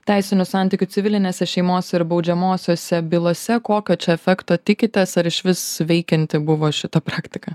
teisinių santykių civilinėse šeimos ir baudžiamosiose bylose kokio čia efekto tikitės ar išvis veikianti buvo šita praktika